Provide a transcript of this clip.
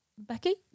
Becky